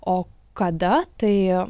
o kada tai